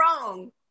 wrong